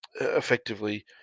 effectively